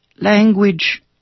language